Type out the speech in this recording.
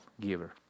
giver